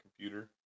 computer